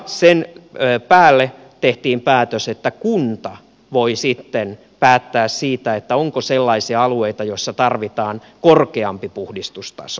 sen päälle tehtiin päätös että kunta voi sitten päättää siitä onko sellaisia alueita joilla tarvitaan korkeampi puhdistustaso